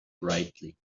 brightly